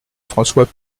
françois